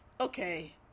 okay